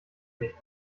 nicht